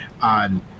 on